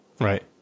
Right